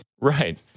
Right